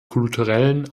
kulturellen